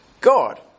God